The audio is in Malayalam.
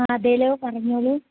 അതെയല്ലോ പറഞ്ഞുകൊള്ളൂ